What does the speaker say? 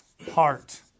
Heart